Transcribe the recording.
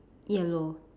yellow